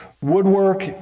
woodwork